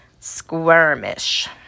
Squirmish